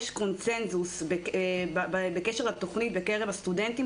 יש קונצנזוס בקשר לתכנית בקרב הסטודנטים